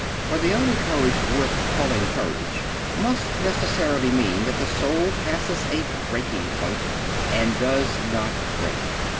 for the only courage worth calling courage must necessarily mean that the soul passes a breaking point and does not break.